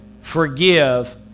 forgive